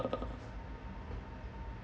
uh